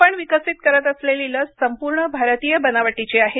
आपण विकसित करत असलेली लस संपूर्ण भारतीय बनावटीची आहे